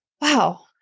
wow